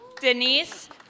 Denise